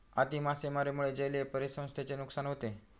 अति मासेमारीमुळे जलीय परिसंस्थेचे नुकसान होते